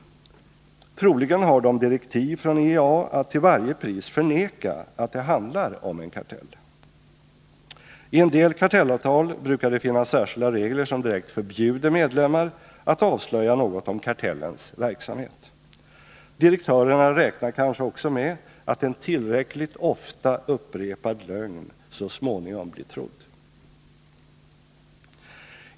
Troligen har de direktiv från IEA att till varje pris förneka att det handlar om en kartell. I en del kartellavtal brukar det finnas särskilda regler som direkt förbjuder medlemmar att avslöja något om kartellens verksamhet. Direktörerna räknar kanske också med att en tillräckligt ofta upprepad lögn så småningom blir trodd.